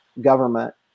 government